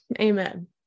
Amen